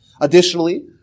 Additionally